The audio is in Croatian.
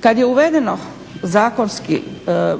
Kada je uvedeno zakonski